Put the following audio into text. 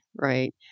right